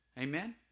Amen